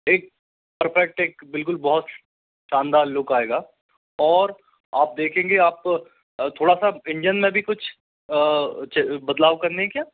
ठीक परफेक्ट एक बिल्कुल बहुत शानदार लुक आएगा और आप देखेंगे आप थोड़ा सा इंजन में भी कुछ बदलाव करने हैं क्या